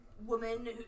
woman